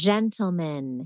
Gentlemen